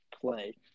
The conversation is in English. play